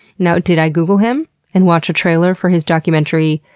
now, did i google him and watch a trailer for his documentary,